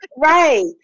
Right